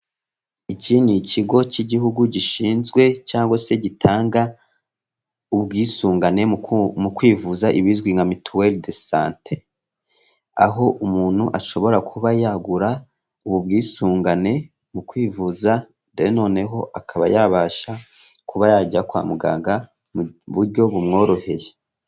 Iki ni ikigo cy'igihugu gishinzwe cyangwa se gitanga ubwisungane mu kwivuza, ibizwi nka mutuwri do sante. Aho umuntu ashobora kuba yagura ubu bwisungane mu kwivuza, noneho akaba yabasha kuba yajya kwa muganga mu buryo bumworoheye.